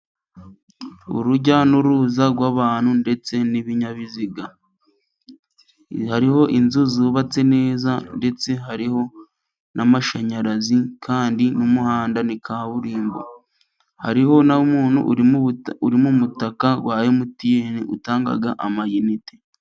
Urujya n'uruza rw'abantu ndetse n'ibinyabiziga: hari inzu zubatse neza ndetse hari n'amashanyarazi kandi n'umuhanda ni kaburimbo. Hari n'umuntu uri mu mutaka wa MTN utanga ama inite.